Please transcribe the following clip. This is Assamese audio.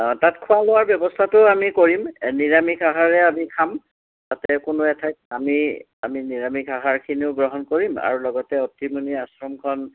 তাত খোৱা লোৱাৰ ব্যৱস্থাটো আমি কৰিম এই নিৰামিষ আহাৰে আমি খাম তাতে কোনো এঠাইত আমি আমি নিৰামিষ আহাৰখিনিও গ্ৰহণ কৰিম আৰু লগতে অতৃমণি আশ্ৰমখন